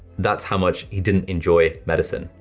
that's how much he didn't enjoy medicine,